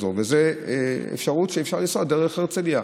זאת אפשרות שאפשר יהיה לנסוע דרך הרצליה.